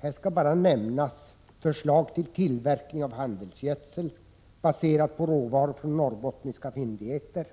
Här skall bara nämnas förslag om tillverkning av handelsgödsel baserad på råvaror från norrbottniska fyndigheter,